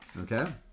Okay